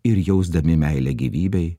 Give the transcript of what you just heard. ir jausdami meilę gyvybei